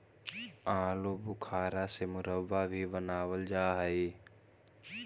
आलू बुखारा से मुरब्बा भी बनाबल जा हई